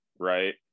right